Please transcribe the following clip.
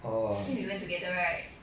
think we went together right